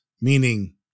meaning